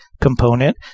component